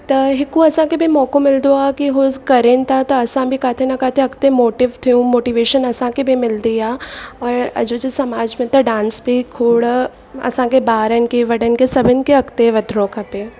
त हिकु असांखे बि मौक़ो मिलंदो आहे कि उहो करनि था त असां बि किथे न किथे अॻिते मोटिव थियूं मोटीवेशन असांखे बि मिलंदी आहे और अॼु जे समाज में त डांस बि खोड़ असांखे ॿारनि खे वॾनि खे सभिनि खे अॻिते वधिणो खपे